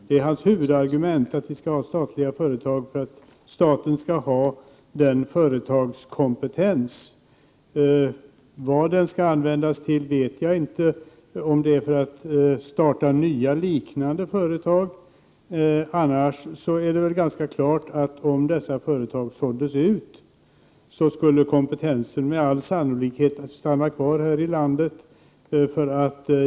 Leif Marklunds huvudargument för att vi skall ha statliga företag är att staten skall ha företagskompetens. Vad den kompetensen skall användas till vet jag inte. Möjligen är det för att starta nya liknande företag. Annars är det väl ganska klart att om företagen såldes ut, skall kompetensen med all sannolikhet stanna kvar här i landet.